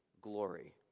glory